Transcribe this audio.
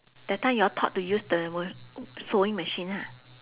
that time y'all taught to use the sewing machine ha